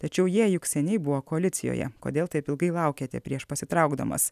tačiau jie juk seniai buvo koalicijoje kodėl taip ilgai laukėte prieš pasitraukdamas